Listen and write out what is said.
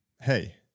Hey